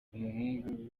umuhungu